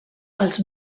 els